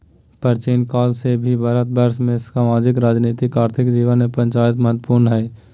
प्राचीन काल से ही भारतवर्ष के सामाजिक, राजनीतिक, आर्थिक जीवन में पंचायत महत्वपूर्ण हइ